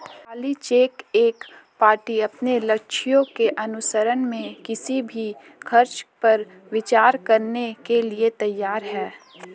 खाली चेक एक पार्टी अपने लक्ष्यों के अनुसरण में किसी भी खर्च पर विचार करने के लिए तैयार है